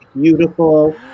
beautiful